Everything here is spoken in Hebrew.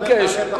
אז אני מבקש,